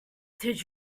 did